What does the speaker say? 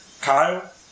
Kyle